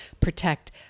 protect